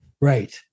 Right